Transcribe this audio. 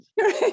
Right